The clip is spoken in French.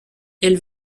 elles